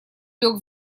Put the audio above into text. лёг